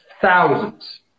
thousands